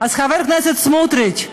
חבר הכנסת סמוטריץ,